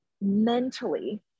mentally